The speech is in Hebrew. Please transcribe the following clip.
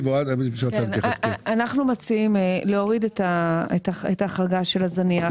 אנחנו מציעים להוריד את ההחרגה של הזניח.